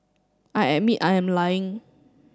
I admit I am lying